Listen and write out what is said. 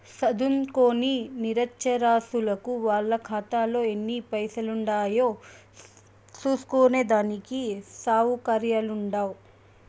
సదుంకోని నిరచ్చరాసులకు వాళ్ళ కాతాలో ఎన్ని పైసలుండాయో సూస్కునే దానికి సవుకర్యాలుండవ్